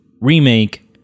remake